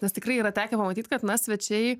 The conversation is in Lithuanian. nes tikrai yra tekę pamatyt kad svečiai